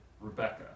Rebecca